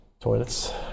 Toilets